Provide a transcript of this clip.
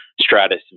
Stratus